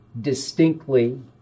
distinctly